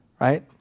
Right